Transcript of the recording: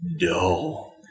No